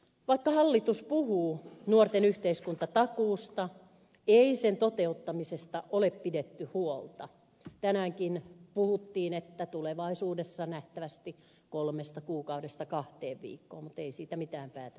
vaikka hallitus puhuu nuorten yhteiskuntatakuusta ei sen toteuttamisesta ole pidetty huolta tänäänkin puhuttiin että tulevaisuudessa nähtävästi se aika muuttuisi kolmesta kuukaudesta kahteen viikkoon mutta ei siitä mitään päätöksiä ole